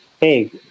hey